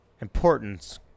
importance